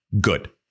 good